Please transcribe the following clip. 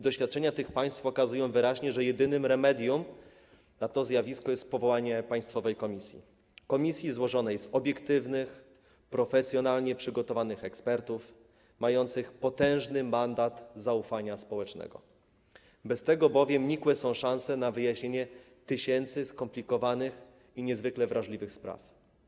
Doświadczenia tych państw pokazują wyraźnie, że jedynym remedium na to zjawisko jest powołanie państwowej komisji, komisji złożonej z obiektywnych, profesjonalnie przygotowanych ekspertów, mających potężny mandat zaufania społecznego, bez tego bowiem nikłe są szanse na wyjaśnienie tysięcy skomplikowanych i niezwykle wrażliwych spraw.